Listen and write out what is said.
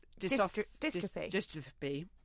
Dystrophy